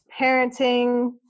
parenting